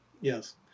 yes